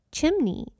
Chimney